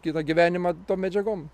kitą gyvenimą tom medžiagom